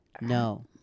No